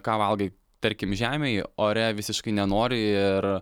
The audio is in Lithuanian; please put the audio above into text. ką valgai tarkim žemėj ore visiškai nenori ir